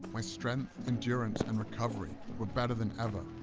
my strength, endurance and recovery were better than ever.